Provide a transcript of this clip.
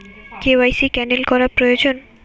KYC cancel করা প্রয়োজন?